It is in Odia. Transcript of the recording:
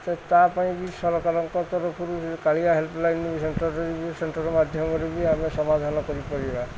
ସେ ତା' ପାଇଁ ବି ସରକାରଙ୍କ ତରଫରୁ କାଳିଆ ହେଲ୍ପଲାଇନ ସେଣ୍ଟର ସେଣ୍ଟର ମାଧ୍ୟମରେ ବି ଆମେ ସମାଧାନ କରିପାରିବା